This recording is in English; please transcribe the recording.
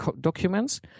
documents